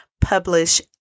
publish